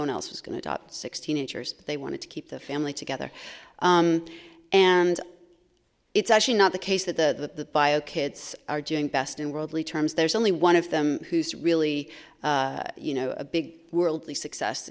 one else was going to adopt sixteen insurers they wanted to keep the family together and it's actually not the case that the bio kids are doing best in worldly terms there's only one of them who's really you know a big worldly success